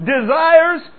desires